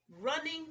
Running